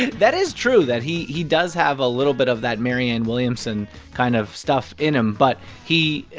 and that is true that he he does have a little bit of that marianne williamson kind of stuff in him. but he,